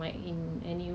yeah last week